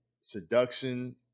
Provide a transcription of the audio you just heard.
seduction